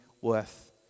worth